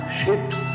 ships